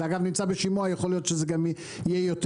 אני פשוט מתייחס למה שאני שומע פה מהחברים.